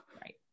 Right